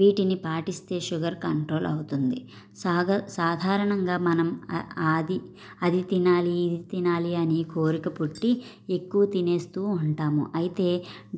వీటిని పాటిస్తే sugar control అవుతుంది సాగ సాధారణంగా మనం అ ఆది అది తినాలి ఇది తినాలి అని కోరిక పుట్టి ఎక్కువ తినేస్తూ ఉంటాము అయితే